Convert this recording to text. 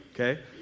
Okay